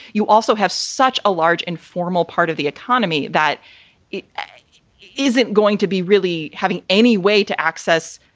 you also have such a large, informal part of the economy that it isn't going to be really having any way to access,